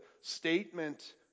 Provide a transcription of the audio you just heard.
statement